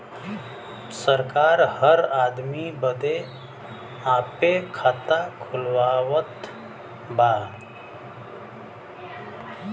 सरकार हर आदमी बदे आपे खाता खुलवावत बा